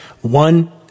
one